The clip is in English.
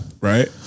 right